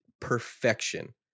Perfection